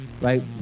right